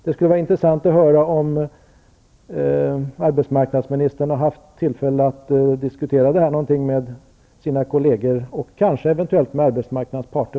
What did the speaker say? Det skulle vara intressant att höra om arbetsmarknadsministern har haft tillfälle att diskutera detta med sina kolleger och kanske med arbetsmarknadens parter.